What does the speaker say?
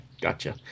gotcha